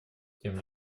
тем